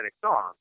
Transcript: song